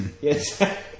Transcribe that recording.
yes